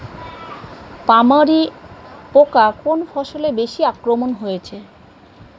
পামরি পোকা কোন ফসলে বেশি আক্রমণ হয়েছে?